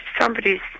somebody's